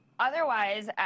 Otherwise